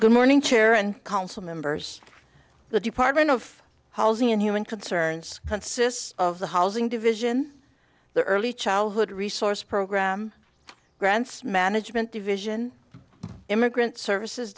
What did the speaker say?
good morning chair and council members the department of housing and human concerns consists of the housing division the early childhood resource program grants management division immigrant services